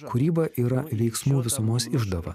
kūryba yra veiksmų visumos išdava